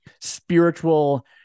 spiritual